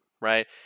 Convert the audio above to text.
right